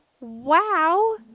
wow